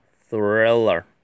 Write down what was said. thriller